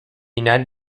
united